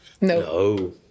No